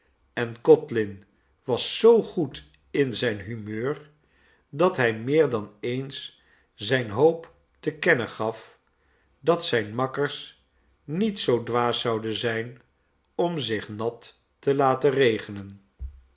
en codlin was zoo goed in zijn humeur dat hij meer dan eens zijne hoop te kennen gaf dat zijne makkers niet zoo dwaas zouden zijn om zich nat te laten regenen